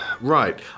Right